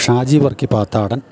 Shaji Varkey Pathadan